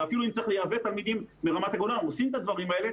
ואפילו אם צריך לייבא תלמידים מרמת הגולן עושים את הדברים האלה,